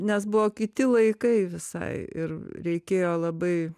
nes buvo kiti laikai visai ir reikėjo labai